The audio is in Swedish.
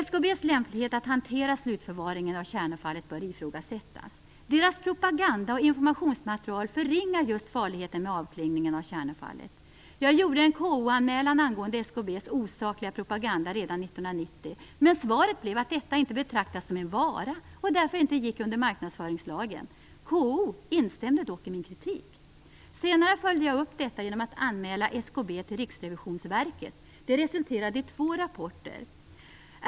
SKB:s lämplighet att hantera slutförvaringen av kärnavfallet bör ifrågasättas. Dess propaganda och informationsmaterial förringar just farligheten med avklingningen av kärnavfallet. Jag gjorde en KO-anmälan angående SKB:s osakliga propaganda redan 1990, men svaret blev att avfallet inte betraktades som en vara och därför inte gick under marknadsföringslagen. KO instämde dock i min kritik. Senare följde jag upp detta genom att anmäla SKB till Riksrevisionsverket. Det resulterade i två rapporter.